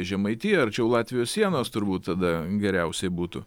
į žemaitiją arčiau latvijos sienos turbūt tada geriausia būtų